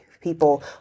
people